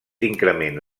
increment